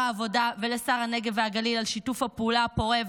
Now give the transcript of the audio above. העבודה ולשר הנגב והגליל על שיתוף הפעולה הפורה,